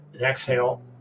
exhale